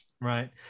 Right